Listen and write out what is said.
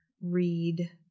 read